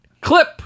clip